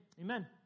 Amen